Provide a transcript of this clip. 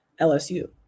LSU